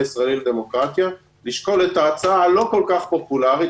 הרציונלים של הצעת החוק מאוד מאוד חשובים,